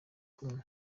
kumwe